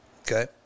okay